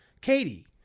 Katie